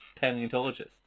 paleontologist